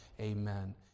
amen